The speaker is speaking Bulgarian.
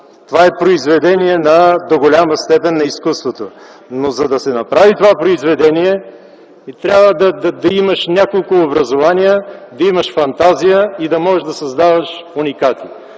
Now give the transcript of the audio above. степен произведение на изкуството. Но за да се направи това произведение, трябва да имаш няколко образования, да имаш фантазия и да можеш да създаваш уникати.